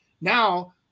Now